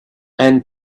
and